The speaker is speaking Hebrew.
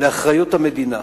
לאחריות המדינה.